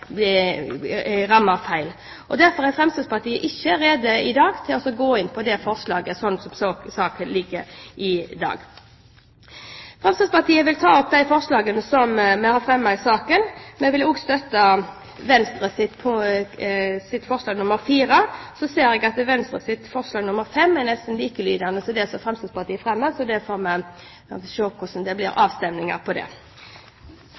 ramme feil. Derfor er Fremskrittspartiet i dag ikke rede til å gå inn på det forslaget, slik saken ligger i dag. Fremskrittspartiet vil ta opp de forslagene som vi har fremmet i saken. Vi vil også støtte Venstres forslag nr. 4. Jeg ser at Venstres forslag nr. 5 er nesten likelydende med det som Fremskrittspartiet fremmer, så vi får se hvordan det blir